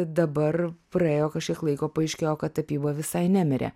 dabar praėjo kažkiek laiko paaiškėjo kad tapyba visai nemirė